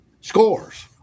scores